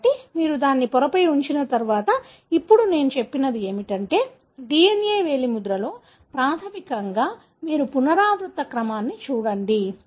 కాబట్టి మీరు దానిని పొరపై ఉంచిన తర్వాత ఇప్పుడు నేను చెప్పినది ఏమిటంటే DNA వేలిముద్రలో ప్రాథమికంగా మీరు పునరావృత క్రమాన్ని చూడండి